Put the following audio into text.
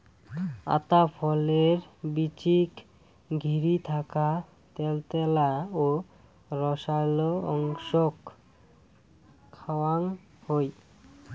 আতা ফলের বীচিক ঘিরি থাকা ত্যালত্যালা ও রসালো অংশক খাওয়াং হই